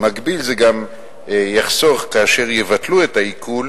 במקביל זה יחסוך, כאשר יבטלו את העיקול,